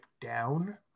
Down